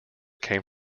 came